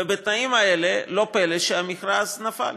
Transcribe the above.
ובתנאים האלה לא פלא שהמכרז נפל.